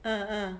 uh uh